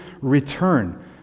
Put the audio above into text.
return